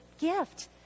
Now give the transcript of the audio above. gift